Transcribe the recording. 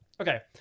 Okay